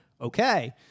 okay